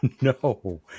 no